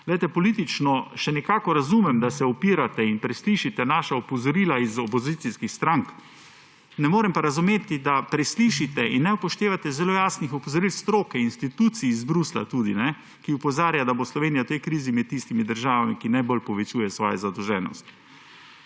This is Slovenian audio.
politično še nekako razumem, da se upirate in preslišite naša opozorila iz opozicijskih strank, ne morem pa razumeti, da preslišite in ne upoštevate zelo jasnih opozoril stroke, institucij iz Bruslja tudi, ki opozarjajo, da bo Slovenija v tej krizi med tistimi državami, ki najbolj povečuje svojo zadolženost.